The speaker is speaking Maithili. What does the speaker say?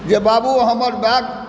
जे बाबू हमर बैग